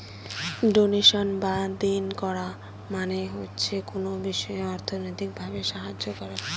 donation বা দেন করা মানে হচ্ছে কোনো বিষয়ে অর্থনৈতিক ভাবে সাহায্য করা